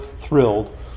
thrilled